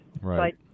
Right